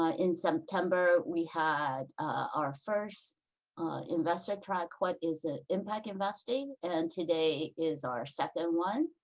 ah in september, we had our first investor track, what is it? impact investing. and today is our second one.